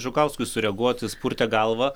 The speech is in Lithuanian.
žukauskui sureaguot jis purtė galvą